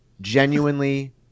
Genuinely